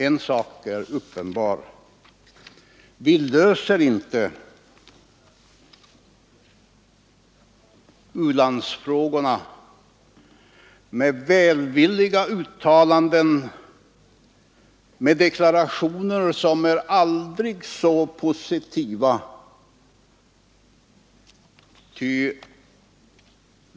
En sak är uppenbar: Vi löser inte u-landsfrågorna med välvilliga uttalanden och deklarationer om än aldrig så positiva.